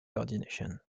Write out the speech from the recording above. coordination